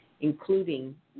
including